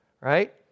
right